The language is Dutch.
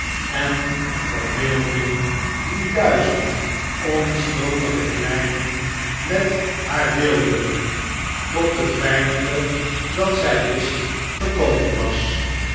en verbeelding die duizend onschuldige kleinen met haar deelden tot het weinige dat zii wistgekomen was